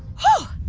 whoa